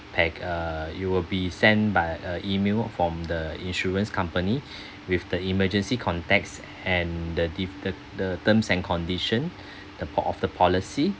a pack uh you will be sent by a email from the insurance company with the emergency contacts and the diff~ the the terms and condition the part of the policy